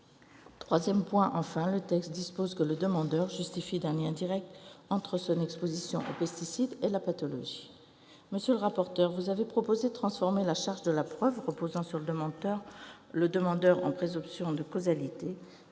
Troisième point, enfin, le texte dispose que le demandeur justifie d'un lien direct entre son exposition aux pesticides et la pathologie. Monsieur le rapporteur, vous avez proposé de transformer la charge de la preuve reposant sur le demandeur en présomption de causalité